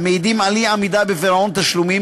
המעידים על אי-עמידה בפירעון תשלומים,